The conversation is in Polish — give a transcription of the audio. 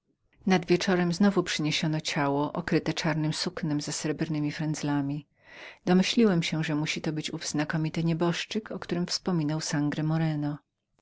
nad wieczorem znowu przyniesiono ciało okryte czarnem suknem ze srebrnemi frendzlami domyśliłem się że musiał to być ten sam znakomity pan o którym wspominał sangro morenomoreno